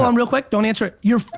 um real quick, don't answer yeah